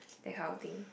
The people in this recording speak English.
that kind of thing